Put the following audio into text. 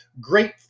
great